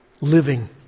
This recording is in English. Living